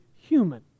human